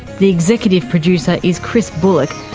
the executive producer is chris bullock,